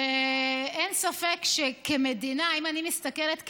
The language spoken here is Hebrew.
אין ספק שכמדינה, אם אני מסתכלת כממשלה,